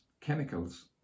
chemicals